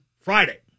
Friday